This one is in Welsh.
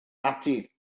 ati